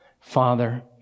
Father